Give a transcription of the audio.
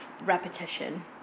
repetition